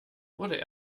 wurde